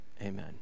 Amen